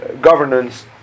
governance